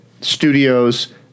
studios